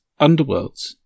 underworlds